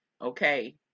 Okay